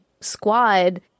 squad